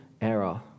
error